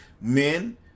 men